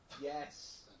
Yes